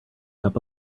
cup